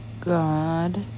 God